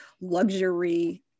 luxury